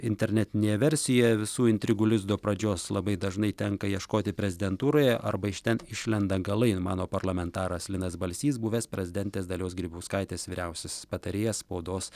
internetinėje versijoje visų intrigų lizdo pradžios labai dažnai tenka ieškoti prezidentūroje arba iš ten išlenda galai mano parlamentaras linas balsys buvęs prezidentės dalios grybauskaitės vyriausiasis patarėjas spaudos